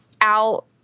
out